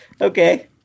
okay